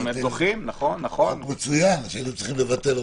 חוק מצוין, היינו צריכים לבטל.